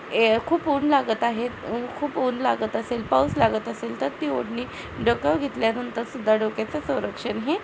ए खूप ऊन लागत आहे खू खूप ऊन लागत असेल पाऊस लागत असेल तर ती ओढणी डोक्यावर घेतल्यानंतर सुद्धा डोक्याचं संरक्षण हे